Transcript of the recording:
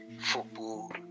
football